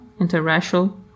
interracial